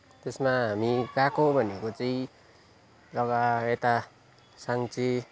त्यसमा हामी गएको भनेको चाहिँ जग्गा यता साङ्चे